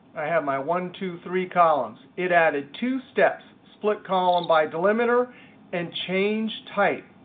i have my one, two, three columns. it added two steps, split column by delimiter and change type.